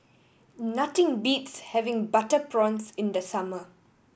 nothing beats having butter prawns in the summer